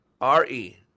R-E